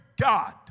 God